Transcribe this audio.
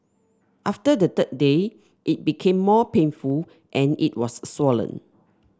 after the third day it became more painful and it was swollen